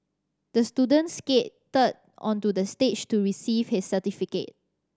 the student skated onto the stage to receive his certificate